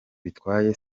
bitwaye